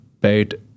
paid